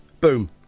Boom